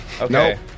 okay